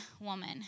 woman